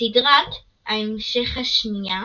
סדרת ההמשך השנייה